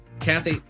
Kathy